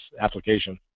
application